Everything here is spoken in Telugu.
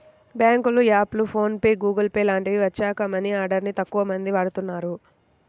బ్యేంకుల యాప్లు, ఫోన్ పే, గుగుల్ పే లాంటివి వచ్చాక మనీ ఆర్డర్ ని తక్కువమంది వాడుతున్నారు